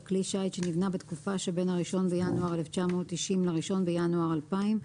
על כלי שיט שנבנה בתקופה שבין ה-1 בינואר 1990 ל-1 בינואר 2000,